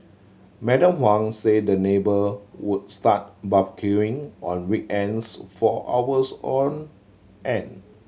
Madam Huang said the neighbour would start barbecuing on weekends for hours on end